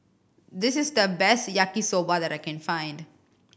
this is the best Yaki Soba that I can find